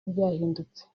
byahindutse